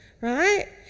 right